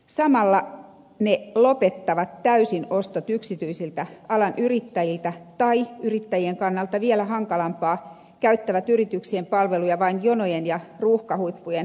samalla ne lopettavat täysin ostot yksityisiltä alan yrittäjiltä tai yrittäjien kannalta vielä hankalampaa käyttävät yrityksien palveluja vain jonojen ja ruuhkahuippujen tasaamiseen